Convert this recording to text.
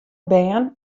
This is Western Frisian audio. bern